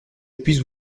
puisse